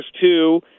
two